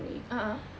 a'ah